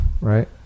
right